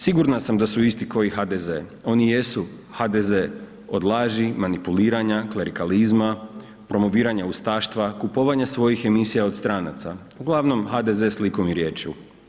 Sigurna sam da su isti ko i HDZ, oni jesu HDZ, od laži manipuliranja, klerikalizma, promoviranja ustaštva, kupovanja svojih emisija od stranaca, uglavnom HDZ slikom i riječju.